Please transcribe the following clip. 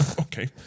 Okay